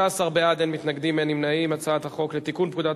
ההצעה להעביר את הצעת חוק לתיקון פקודת